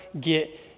get